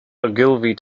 ogilvy